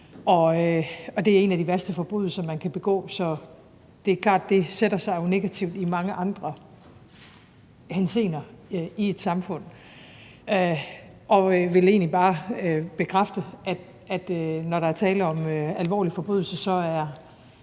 det er en af de værste forbrydelser, man kan begå, så det er klart, at det jo sætter sig negativt i mange andre henseender i et samfund. Jeg vil egentlig bare bekræfte, at når der er tale om alvorlige forbrydelser, er